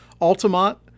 Altamont